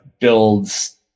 builds